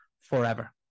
forever